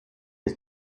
ist